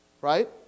Right